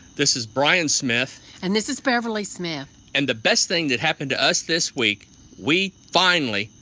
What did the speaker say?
this is brian smith and this is beverley smith and the best thing that happened to us this week we finally,